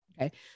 Okay